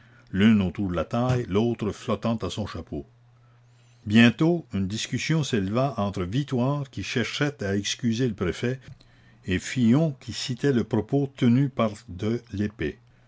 l'une autour de la taille l'autre flottant à son chapeau bientôt une discussion s'éleva entre vitoire qui cherchait à excuser le préfet et fillon qui citait le propos tenu par de lespée